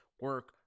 Work